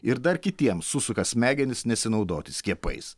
ir dar kitiems susuka smegenis nesinaudoti skiepais